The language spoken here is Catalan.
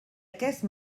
aquest